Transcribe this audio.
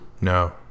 No